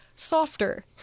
softer